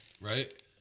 Right